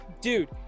dude